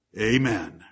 Amen